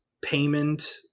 payment